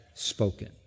Spoken